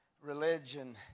religion